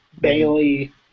Bailey